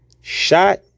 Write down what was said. shot